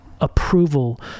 approval